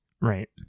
Right